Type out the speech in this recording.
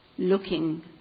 looking